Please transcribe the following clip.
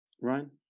Ryan